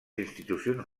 institucions